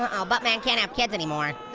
um oh, buttman can't have kids anymore.